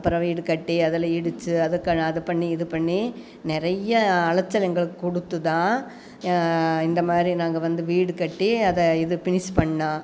அப்பறம் வீடு கட்டி அதில் இடிச்சு அதுக்கான அதை பண்ணி இதை பண்ணி நிறையா அலைச்சல் எங்களுக்கு கொடுத்துதான் இந்தமாதிரி நாங்கள் வந்து வீடு கட்டி அதை இது பினிஷ் பண்ணிணோம்